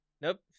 Nope